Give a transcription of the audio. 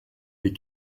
les